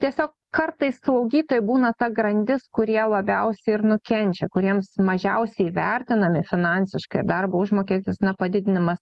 tiesiog kartais slaugytojai būna ta grandis kurie labiausiai ir nukenčia kuriems mažiausiai įvertinami finansiškai darbo užmokestis na padidinimas